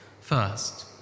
First